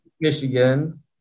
Michigan